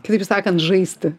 kitaip sakant žaisti